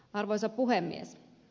arvoisa puhemies